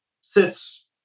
sits